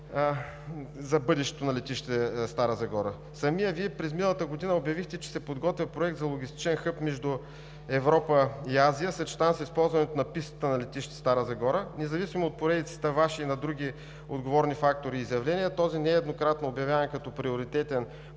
за бъдещето на летище Стара Загора. Самият Вие през миналата година обявихте, че се подготвя проект за логистичен хъб между Европа и Азия, съчетан с използването на пистата на летище Стара Загора. Независимо от поредицата Ваши и на други отговорни фактори изявления, този нееднократно обявяван като приоритетен